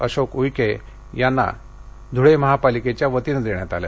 अशोक ऊ कि यांना धुळे महापालिकेच्या वतीनं देण्यात आलं